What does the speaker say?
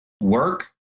work